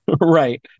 Right